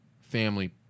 family